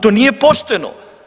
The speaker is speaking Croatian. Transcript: To nije pošteno.